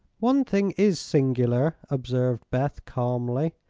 one thing is singular, observed beth, calmly.